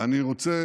אני רוצה